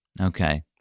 Okay